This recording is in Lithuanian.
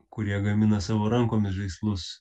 kurie gamina savo rankomis žaislus